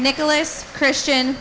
nicholas christian